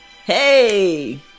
Hey